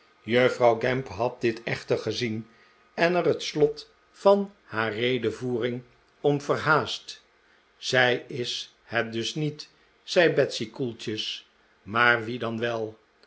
juffrouw gamp had dit echter gezien en er het slot van haar redevoering om verhaast zij is het dus niet zei betsy koeltjes maar wie dan wel